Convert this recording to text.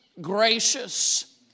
gracious